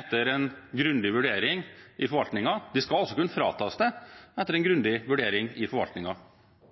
etter en grundig vurdering i forvaltningen, og de skal også kunne fratas det etter en